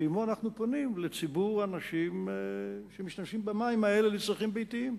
שעמו אנחנו פונים לציבור האנשים שמשתמשים במים האלה לצרכים ביתיים.